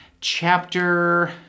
Chapter